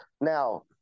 Now